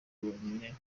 rwonyine